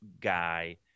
guy